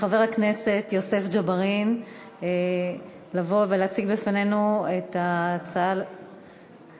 לחבר הכנסת יוסף ג'בארין לבוא ולהציג בפנינו מטעם הרשימה